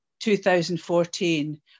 2014